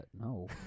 No